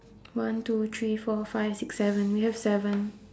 one two three four five six seven we have seven